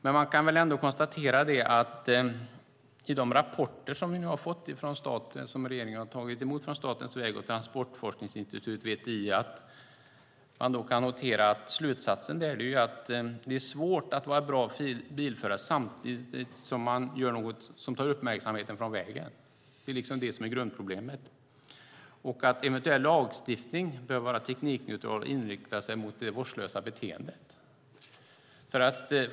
Man kan väl ändå konstatera att i de rapporter som regeringen har tagit emot från Statens väg och transportforskningsinstitut, VTI, är slutsatsen att det är svårt att vara en bra bilförare samtidigt som man gör något som tar uppmärksamheten från vägen. Det är liksom det som är grundproblemet. Och eventuell lagstiftning bör vara teknikneutral och inrikta sig på det vårdslösa beteendet.